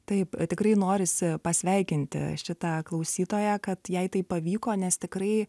taip tikrai norisi pasveikinti šitą klausytoją kad jai tai pavyko nes tikrai